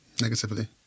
Negatively